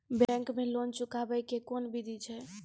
Bank माई loan चुकाबे के कोन बिधि छै?